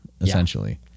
essentially